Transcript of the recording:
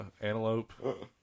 antelope